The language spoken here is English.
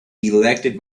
elected